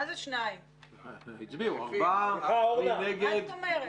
הצבעה בעד, 4 נגד,